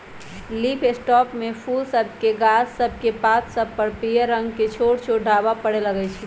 leaf spot में फूल सभके गाछ सभकेक पात सभ पर पियर रंग के छोट छोट ढाब्बा परै लगइ छै